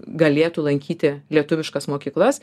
galėtų lankyti lietuviškas mokyklas